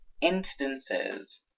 instances